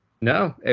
no